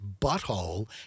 butthole